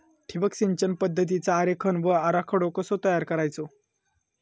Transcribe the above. ठिबक सिंचन पद्धतीचा आरेखन व आराखडो कसो तयार करायचो?